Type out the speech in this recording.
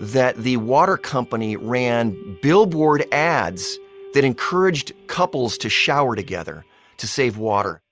that the water company ran billboard ads that encouraged couples to shower together to save water.